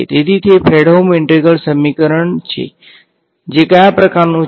તેથી તે Fredholm integral સમીકરણ IE છે જે કયા પ્રકારનું છે